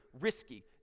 risky